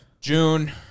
June